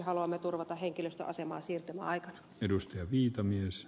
haluamme turvata henkilöstön aseman siirtymäaikana